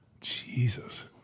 Jesus